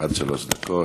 עד שלוש דקות.